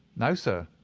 no, sir.